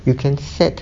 you can set